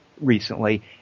recently